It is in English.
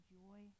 joy